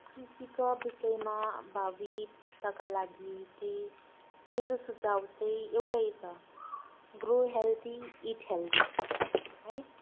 कृषिका विषयमा भावी पुस्ताका लागि चाहिँ मेरो सुझाव चाहिँ एउटै छ ग्रो हेल्दी इट् हेल्दी है